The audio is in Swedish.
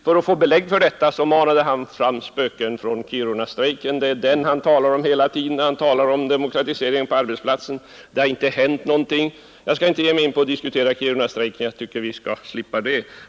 För att få belägg för sina påståenden manade han fram spöken från Kirunastrejken — det är den han hela tiden åsyftar när han talar om demokratiseringen på arbetsplatserna. Jag skall inte ge mig in på en diskussion av Kirunastrejken — en sådan diskussion tycker jag att vi bör slippa.